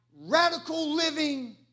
radical-living